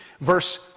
verse